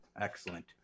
excellent